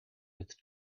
with